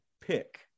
pick